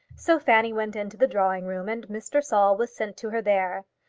so fanny went into the drawing-room, and mr. saul was sent to her there.